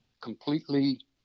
completely